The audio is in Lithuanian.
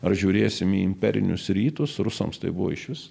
ar žiūrėsime į imperinius rytus rusams tai buvo išvis